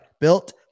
Built